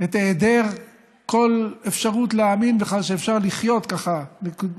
את היעדר האפשרות להאמין שאפשר לחיות ככה בכלל,